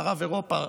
במערב אירופה,